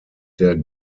der